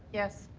yes.